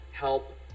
help